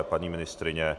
Paní ministryně?